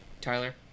Tyler